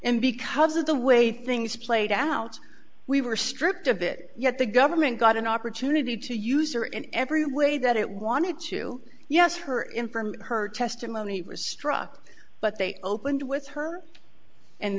and because of the way things played out we were stripped of it yet the government got an opportunity to use her in every way that it wanted to yes her in from her testimony was struck but they opened with her and